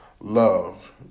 love